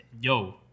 Yo